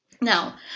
Now